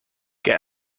get